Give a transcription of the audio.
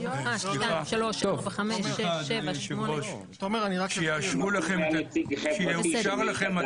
בני ארביב, מהלשכה המשפטית של מינהל